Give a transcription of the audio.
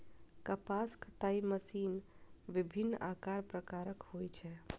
कपास कताइ मशीन विभिन्न आकार प्रकारक होइ छै